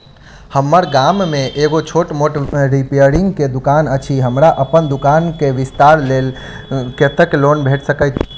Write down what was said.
हम्मर गाम मे एगो छोट मोट रिपेयरिंग केँ दुकान अछि, हमरा अप्पन दुकान केँ विस्तार कऽ लेल कत्तेक लोन भेट सकइय?